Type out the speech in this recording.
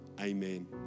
Amen